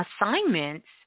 assignments